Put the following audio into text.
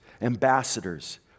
ambassadors